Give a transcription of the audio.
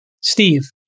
Steve